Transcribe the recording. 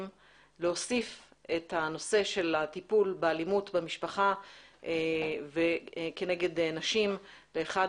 להוסיף את הנושא של הטיפול באלימות במשפחה כנגד נשים כאחד